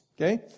Okay